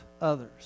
others